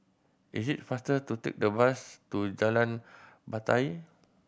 it is faster to take the bus to Jalan Batai